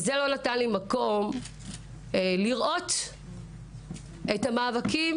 וזה לא נתן לי מקום לראות את המאבקים